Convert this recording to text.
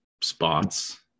spots